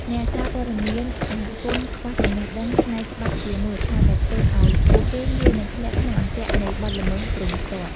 អ្នកសារព័ត៌មានសហគមន៍ខ្វះចំណេះដឹងផ្នែកច្បាប់ជាមូលដ្ឋាន ដែលធ្វើឱ្យពួកគេងាយនឹងធ្លាក់ក្នុងអន្ទាក់នៃបទល្មើសព្រហ្មទណ្ឌ។